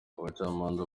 abacamanza